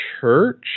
church